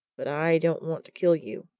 but i don't want to kill you,